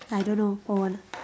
I don't know hold on